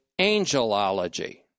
angelology